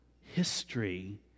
history